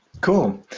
Cool